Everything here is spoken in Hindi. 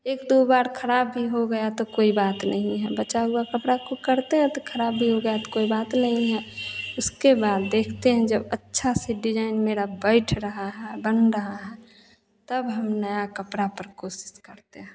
एक दो बार खराब भी हो गया तो कोइ बात नहीं है बचा हुआ कपड़ा को करते हैं तो खराब भी हो जाए तो कोई बात नहीं है उसके बाद देखते हैं जब अच्छा से डिजाइन मेरा बैठ रहा है बन रहा है तब हम नया कपड़ा पर कोशिश करते हैं